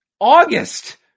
August